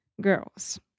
girls